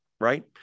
right